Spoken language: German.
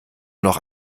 noch